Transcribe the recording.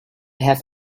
have